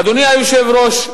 אדוני היושב-ראש,